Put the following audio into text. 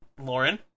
Lauren